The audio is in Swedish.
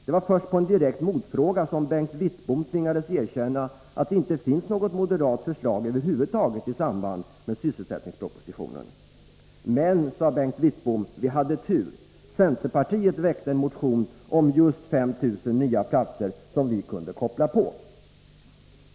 Det var först på en direkt motfråga som Bengt Wittbom tvingades erkänna att det inte fanns något moderat förslag över huvud taget i samband med sysselsättningspropositionen. Men, sade Bengt Wittbom, vi hade tur — centerpartiet väckte en motion om just 5 000 nya platser som vi kunde koppla på.